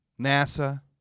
NASA